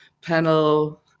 panel